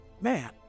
man